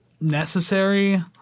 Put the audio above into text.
necessary